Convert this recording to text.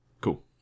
Cool